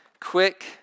quick